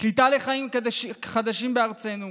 קליטה בחיים חדשים בארצנו,